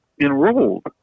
enrolled